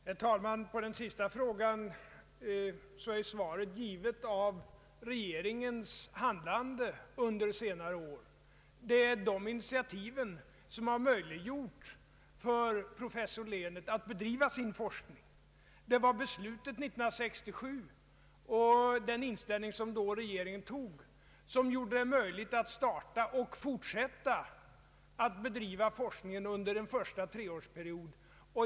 Herr talman! Svaret på den sista frågan är givet av regeringens handlande under senare år. Det är de initiativen som har möjliggjort för professor Lehnert att bedriva sin forskning. Det var beslutet 1967 och regeringens inställning då som gjorde det möjligt att starta och att bedriva forskningen under den första treårsperioden.